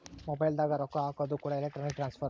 mobile ದಾಗ ರೊಕ್ಕ ಹಾಕೋದು ಕೂಡ ಎಲೆಕ್ಟ್ರಾನಿಕ್ ಟ್ರಾನ್ಸ್ಫರ್